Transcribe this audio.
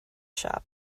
shop